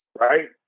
right